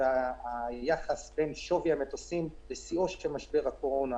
והיחס בין שווי המטוסים בשיאו של משבר הקורונה